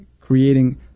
creating